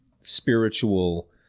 spiritual